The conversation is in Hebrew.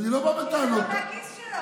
כי זה לא מהכיס שלו.